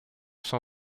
son